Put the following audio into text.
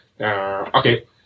Okay